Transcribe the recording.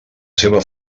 seva